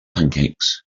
pancakes